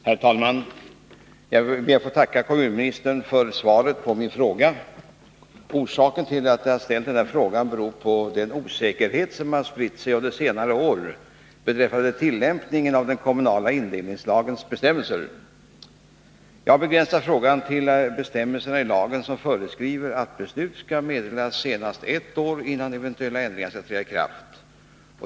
Herr talman! Jag ber att få tacka kommunministern för svaret på min fråga. Orsaken till att jag har ställt denna fråga är den osäkerhet som har spritt sig under senare år beträffande tillämpningen av den kommunala indelningslagens bestämmelser. Jag har begränsat frågan till de bestämmelser i lagen som föreskriver att Nr 117 beslut skall meddelas senast ett år innan eventuella ändringar skall träda i kraft.